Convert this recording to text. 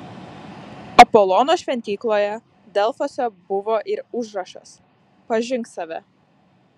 apolono šventykloje delfuose buvo ir užrašas pažink save